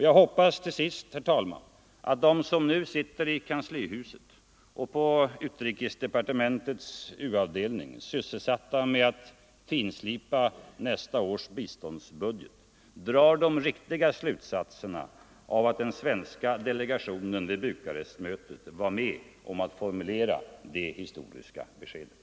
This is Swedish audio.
Jag hoppas att de som nu sitter i kanslihuset och på utrikesdepartementets u-avdelning, sysselsatta med att finslipa nästa års biståndsbudget, drar de riktiga slutsatserna av att den svenska delegationen vid Bukarestmötet var med om att formulera det historiska beskedet.